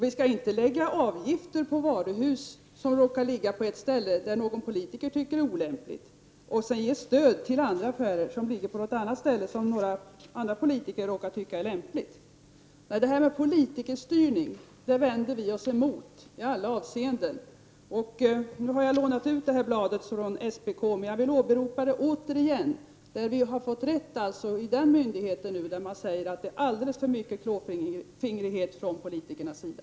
Vi skall inte lägga avgifter på varuhus som råkar ligga på ett ställe som någon politiker tycker är olämpligt och sedan ge stöd till andra affärer som råkar ligga på något annat ställe som andra politiker tycker är lämpligt. Politikerstyrning vänder vi oss emot i alla avseenden. Jag har nu lånat ut bladet från SPK, men jag vill åberopa det igen. Vi har fått rätt ifrån den myndigheten där man nu säger att det förekommer alldeles för mycket klåfingrighet från politikernas sida.